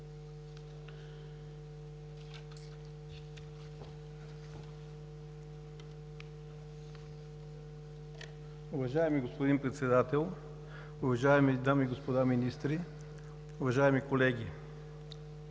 Уважаеми господин Председател, уважаеми дами и господа министри, уважаеми колеги!